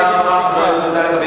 אז אולי גם תהיה לו תקווה.